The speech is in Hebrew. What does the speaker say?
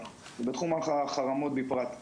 ובתחום החרמות בפרט.